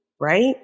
right